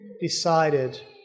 decided